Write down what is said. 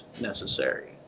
necessary